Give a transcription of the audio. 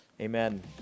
Amen